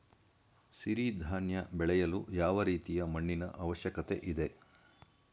ಸಿರಿ ಧಾನ್ಯ ಬೆಳೆಯಲು ಯಾವ ರೀತಿಯ ಮಣ್ಣಿನ ಅವಶ್ಯಕತೆ ಇದೆ?